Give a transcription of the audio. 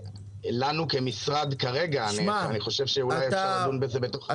אני חושב שאולי אפשר לדון בזה בתוך הממשלה.